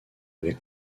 avec